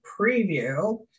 preview